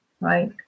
Right